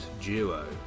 duo